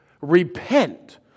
Repent